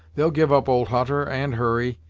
they'll give up old hutter, and hurry,